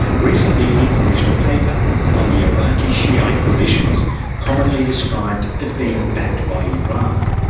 recently he published a paper on the iraqi shiite militias commonly described as being backed by iran.